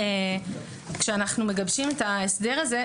כאשר אנחנו מגבשים את ההסדר הזה,